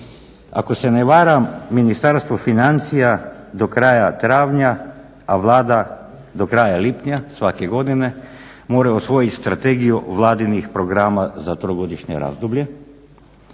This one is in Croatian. ako se ne varam Ministarstvo financija do kraja travnja, a Vlada do kraja lipnja svake godine moraju usvojit Strategiju vladinih programa za trogodišnje razdoblje.